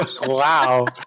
Wow